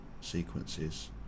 sequences